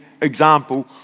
example